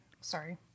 sorry